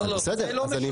לא, לא, זה לא משנה.